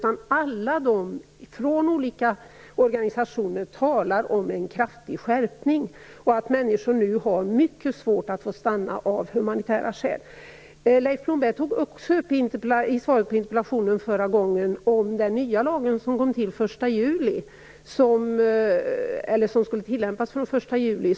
Alla från olika organisationer talar om en kraftig skärpning och om att människor nu har mycket svårt att få stanna av humanitära skäl. Leif Blomberg tog också upp den nya lagen som skulle tillämpas från den 1 juli.